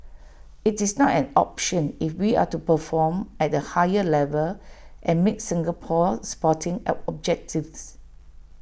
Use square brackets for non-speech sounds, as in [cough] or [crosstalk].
IT is not an option if we are to perform at A higher level and meet Singapore's sporting [noise] objectives